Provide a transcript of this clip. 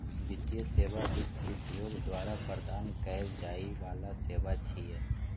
वित्तीय सेवा वित्त उद्योग द्वारा प्रदान कैल जाइ बला सेवा छियै